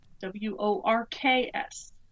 W-O-R-K-S